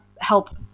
help